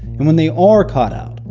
and when they are caught out,